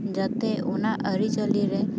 ᱡᱟᱛᱮ ᱚᱱᱟ ᱟᱹᱨᱤᱼᱪᱟᱹᱞᱤ ᱨᱮ